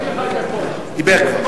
דיבר.